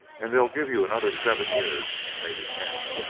and they'll give you another seven years and maybe ten.